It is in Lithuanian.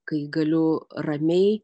kai galiu ramiai